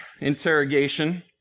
interrogation